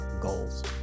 goals